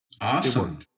Awesome